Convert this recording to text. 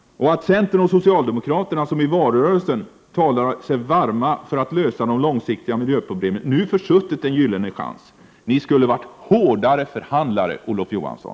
Centern och socialdemokraterna som nu, liksom i valrörelsen, talar sig varma för att lösa de långsiktiga miljöproblemen har försuttit den gyllene chansen. Centerpartiet skulle ha drivit en hårdare förhandling, Olof Johansson!